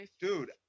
Dude